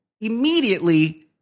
immediately